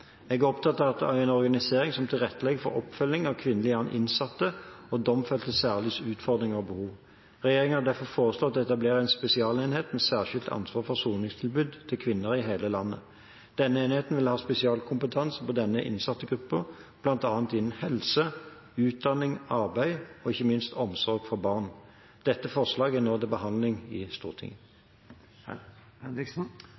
Jeg er opptatt av en organisering som tilrettelegger for oppfølging av kvinnelige innsatte og domfeltes særlige utfordringer og behov. Regjeringen har derfor foreslått å etablere en spesialenhet med særskilt ansvar for soningstilbud til kvinner i hele landet. Denne enheten vil ha spesialkompetanse på denne innsattegruppen, bl.a. innen helse, utdanning, arbeid og ikke minst omsorg for barn. Dette forslaget er nå til behandling i Stortinget.